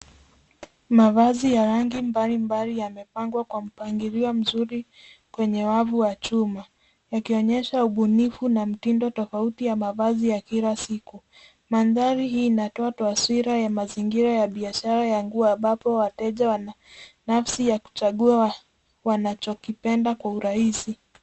Mavazi ya rangi mbalimbali yamepangwa kwa mpangilio mzuri kwenye wavu wa chuma, yakionyesha ubunifu na mtindo tofauti ya mavazi ya kila siku. Mandhari hii inatoa taswira ya mazingira ya biashara ya nguo ambapo wateja wana nafsi ya kuchagua wanachokipenda kwa urahisi.